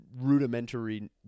rudimentary